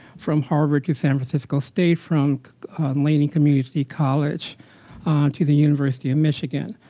from harvard to san francisco state, from lainey community college to the university of michigan.